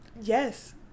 Yes